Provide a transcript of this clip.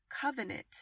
covenant